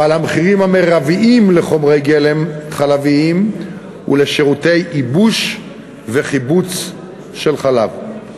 ועל המחירים המרביים לחומרי גלם חלביים ולשירותי ייבוש וחיבוץ של חלב.